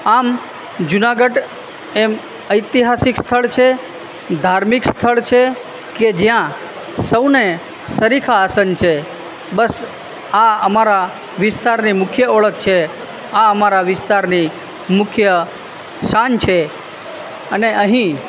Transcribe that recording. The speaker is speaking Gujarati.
આમ જુનાગઢ એમ ઐતિહાસિક સ્થળ છે ધાર્મિક સ્થળ છે કે જ્યાં સૌને સરીખા આસન છે બસ આ અમારા વિસ્તારની મુખ્ય ઓળખ છે આ અમારા વિસ્તારની મુખ્ય શાન છે અને અહીં